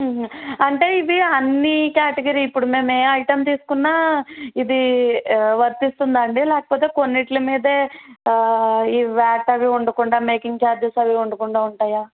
అంటే ఇవి అన్నీ క్యాటగిరి ఇప్పుడు మేము ఏ ఐటెమ్ తీసుకున్నా ఇది వర్తిస్తుందా అండి లేకపోతే కొన్నిట్లిమీదే ఈ వ్యాట్ అవి ఉండకుండా మేకింగ్ చార్జెస్ అవి ఉండకుండా ఉంటాయా